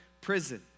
prison